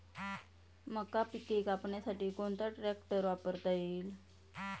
मका पिके कापण्यासाठी कोणता ट्रॅक्टर वापरता येईल?